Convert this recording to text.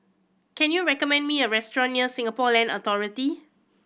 can you recommend me a restaurant near Singapore Land Authority